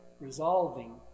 resolving